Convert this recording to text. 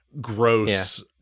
gross